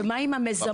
ומה עם המיזמים,